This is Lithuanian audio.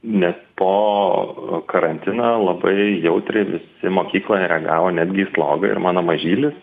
nes po karantiną labai jautriai visi mokykloje reagavo netgi į slogą ir mano mažylis